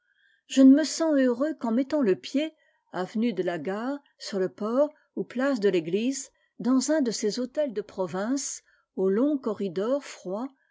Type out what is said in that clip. je ne me sens heureux qu'en mettant le pied avenue de la gare sur le port ou place de l'eglise dans un de ces hôtels de province aux longs corridors froids